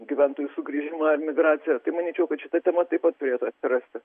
gyventojų sugrįžimą emigraciją tai manyčiau kad šita tema taip pat turėtų atsirasti